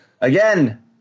Again